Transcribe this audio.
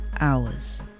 hours